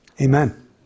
Amen